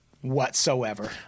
whatsoever